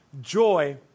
Joy